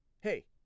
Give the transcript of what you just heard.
Hey